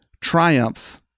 triumphs